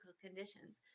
conditions